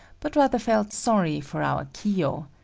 but rather felt sorry for our kiyo.